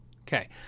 okay